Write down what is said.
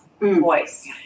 voice